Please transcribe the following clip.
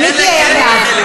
אה, אז חלק מהאופוזיציה,